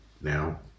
now